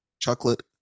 chocolate